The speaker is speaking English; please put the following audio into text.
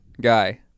guy